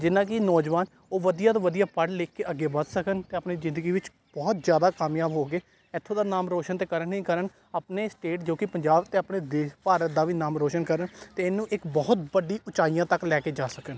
ਜਿਸ ਨਾਲ ਕਿ ਨੌਜਵਾਨ ਉਹ ਵਧੀਆ ਤੋਂ ਵਧੀਆ ਪੜ੍ਹ ਲਿਖ ਕੇ ਅੱਗੇ ਵੱਧ ਸਕਣ ਅਤੇ ਆਪਣੀ ਜ਼ਿੰਦਗੀ ਵਿੱਚ ਬਹੁਤ ਜ਼ਿਆਦਾ ਕਾਮਯਾਬ ਹੋ ਕੇ ਇੱਥੋਂ ਦਾ ਨਾਮ ਰੋਸ਼ਨ ਤਾਂ ਕਰਨ ਹੀ ਕਰਨ ਆਪਣੇ ਸਟੇਟ ਜੋ ਕਿ ਪੰਜਾਬ ਅਤੇ ਆਪਣੇ ਦੇਸ਼ ਭਾਰਤ ਦਾ ਵੀ ਨਾਮ ਰੋਸ਼ਨ ਕਰਨ ਅਤੇ ਇਹਨੂੰ ਇੱਕ ਬਹੁਤ ਵੱਡੀ ਉੱਚਾਈਆਂ ਤੱਕ ਲੈ ਕੇ ਜਾ ਸਕਣ